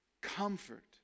Comfort